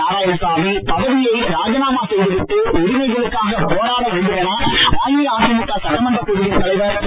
நாராயணசாமி பதவியை ராஜினாமா செய்துவிட்டு உரிமைகளுக்காக போராட வேண்டும் என அஇஅதிமுக சட்டமன்றக் குழுவின் தலைவர் திரு